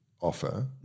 offer